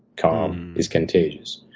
calm is contagious.